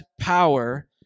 power